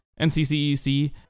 NCCEC